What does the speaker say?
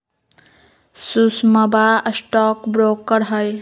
सुषमवा stock broker हई